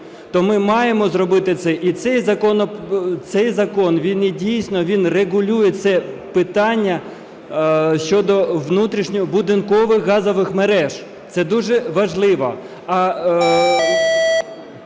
то ми маємо зробити це і цей закон він дійсно регулює це питання щодо будинкових газових мереж, це дуже важливо.